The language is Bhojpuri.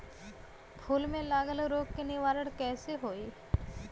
फूल में लागल रोग के निवारण कैसे होयी?